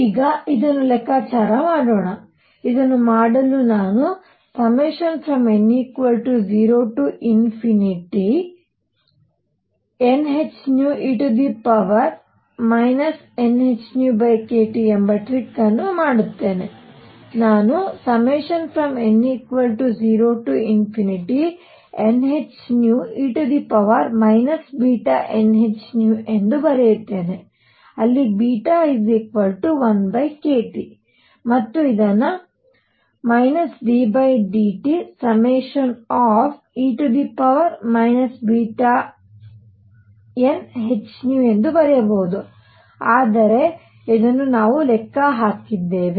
ಈಗ ಇದನ್ನು ಲೆಕ್ಕಾಚಾರ ಮಾಡೋಣ ಇದನ್ನು ಮಾಡಲು ನಾನು n0nhνe nhνkT ಎಂಬ ಟ್ರಿಕ್ ಮಾಡುತ್ತೇನೆ ನಾನು n0nhνe βnhνಎಂದು ಬರೆಯುತ್ತೇನೆ ಅಲ್ಲಿ β 1 kT ಮತ್ತು ಇದನ್ನು ddβ∑e βnhν ಎಂದು ಬರೆಯಬಹುದು ಆದರೆ ಇದನ್ನು ನಾವು ಲೆಕ್ಕ ಹಾಕಿದ್ದೇವೆ